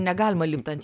negalima lipt ant